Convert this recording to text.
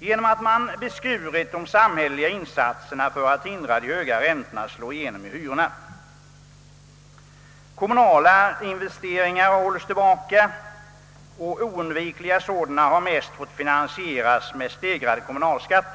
genom att man beskurit de samhälleliga insatserna för att hindra de höga räntorna att slå igenom i hyrorna. Kommunala investeringar hålls tillbaka, och oundvikliga sådana har mest fått finansieras genom höjda kommunalskatter.